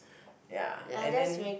ya and then